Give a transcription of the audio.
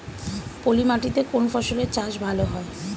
পলি মাটিতে কোন ফসলের চাষ ভালো হয়?